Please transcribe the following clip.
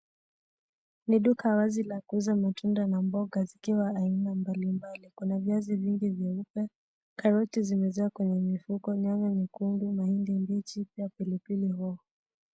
Ni duka wazi la kuuza matunda na mboga zikiwa haina mbalimbali. Kuna viazi vingi vyeupe, caroti zimejaa kwenye mifuko, nyanya nyekundu, mahindi mbichi na pilipiki hoho.